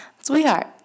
sweetheart